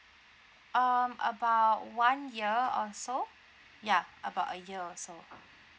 um about one year or so ya about a year or so